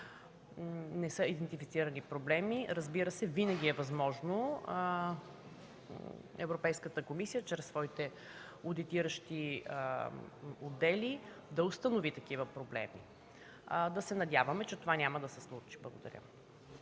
не са идентифицирани проблеми. Разбира се, винаги е възможно Европейската комисия, чрез своите одитиращи отдели, да установи такива проблеми. Да се надяваме, че това няма да се случи. Благодаря.